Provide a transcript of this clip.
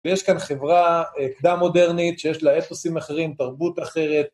ויש כאן חברה קדם מודרנית שיש לה אתוסים אחרים, תרבות אחרת.